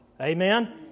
Amen